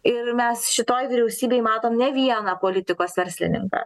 ir mes šitoj vyriausybėj matom ne vieną politikos verslininką